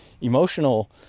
emotional